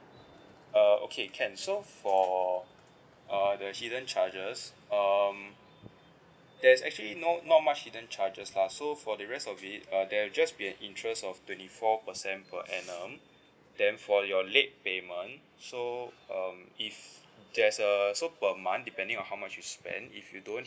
uh okay can so for uh the hidden charges um there's actually no not much hidden charges lah so for the rest of it uh there're just be a interest of twenty four percent per annum then for your late payment so um if there's err so per month depending on how much you spend if you don't